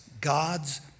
God's